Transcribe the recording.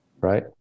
right